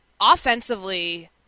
offensively